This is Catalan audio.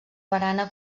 barana